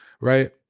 right